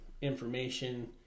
information